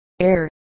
Air